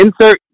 insert